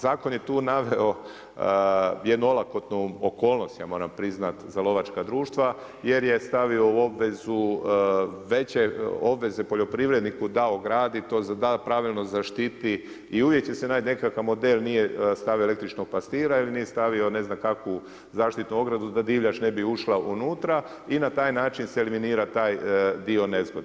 Zakon je tu naveo jednu olakotnu okolnost, ja moram priznati za lovačka društva jer je stavio obvezu, veće obveze poljoprivredniku da ogradi to, da pravilno zaštiti i uvijek će se naći neki model, nije stavio električnog pastira ili nije stavio ne znam kakvu zaštitnu ogradu da divljač ne bi ušla unutra i na taj način se eliminira taj dio nezgode.